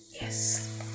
Yes